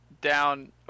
down